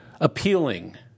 appealing